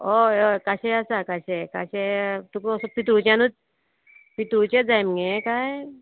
हय हय काशें आसा काशें काशें तुका असो पितूळच्यानूत पितूळचेत जाय मुगे काय